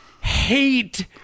hate